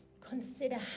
Consider